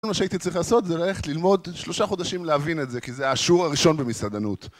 מה שהייתי צריך לעשות, זה ללכת ללמוד שלושה חודשים להבין את זה, כי זה השיעור הראשון במסעדנות